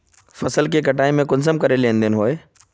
फसल के कटाई में कुंसम करे लेन देन होए?